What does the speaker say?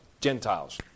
Gentiles